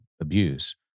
abuse